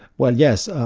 well yes.